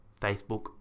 Facebook